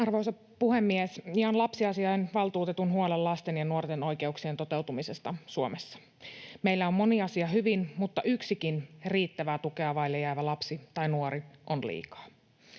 Arvoisa puhemies! Jaan lapsiasiainvaltuutetun huolen lasten ja nuorten oikeuksien toteutumisesta Suomessa. Meillä on moni asia hyvin, mutta yksikin riittävää tukea vaille jäävä lapsi tai nuori on liikaa.